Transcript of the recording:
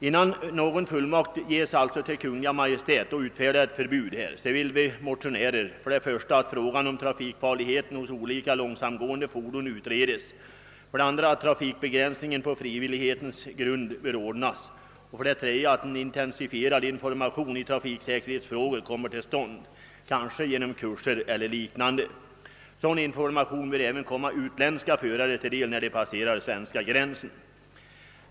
Innan någon fullmakt ges åt Kungl. Maj:t att utfärda förbud, vill vi motionärer för det första att frågan om trafikfarligheten hos olika långsamtgående fordon utredes, för det andra att trafikbegränsning på frivillighetens grund bör ordnas och för det tredje att en intensifierad information i trafiksäkerhesfrågor kommer till stånd, kanske genom kurser eller liknande. Sådan information bör även komma utländska förare till del när de passerar svenska gränsen.